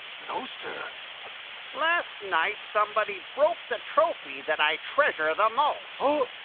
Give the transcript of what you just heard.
no, sir last night, somebody broke the trophy that i treasure the most. oh,